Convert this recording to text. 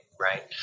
right